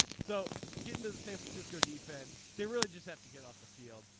so getting to the san francisco defense they really just have to get off the field.